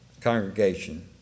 congregation